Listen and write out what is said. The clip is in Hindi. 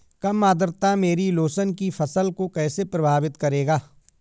कम आर्द्रता मेरी लहसुन की फसल को कैसे प्रभावित करेगा?